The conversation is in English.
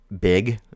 big